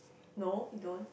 no he don't